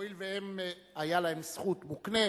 הואיל והיתה להם זכות מוקנית,